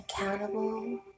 accountable